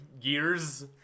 years